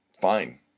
fine